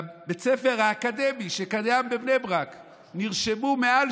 בבית הספר האקדמי שקיים בבני ברק נרשמו מעל